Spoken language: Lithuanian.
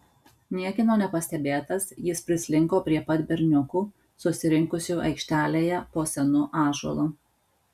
niekieno nepastebėtas jis prislinko prie pat berniukų susirinkusių aikštelėje po senu ąžuolu